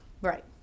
Right